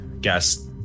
guess